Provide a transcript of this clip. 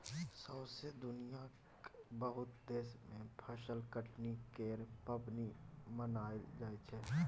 सौसें दुनियाँक बहुत देश मे फसल कटनी केर पाबनि मनाएल जाइ छै